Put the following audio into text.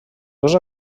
dos